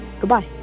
Goodbye